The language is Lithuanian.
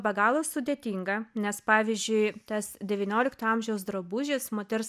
be galo sudėtinga nes pavyzdžiui tas devyniolikto amžiaus drabužis moters